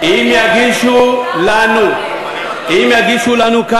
אם יגישו לנו כאן,